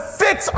fix